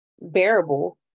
bearable